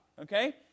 Okay